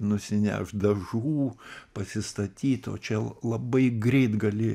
nusinešt dažų pasistatyt o čia labai greit gali